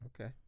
Okay